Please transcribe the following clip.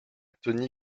tony